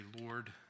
Lord